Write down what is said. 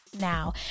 now